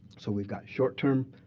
so we've got short term